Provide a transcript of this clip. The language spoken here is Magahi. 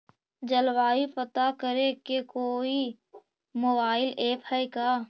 जलवायु पता करे के कोइ मोबाईल ऐप है का?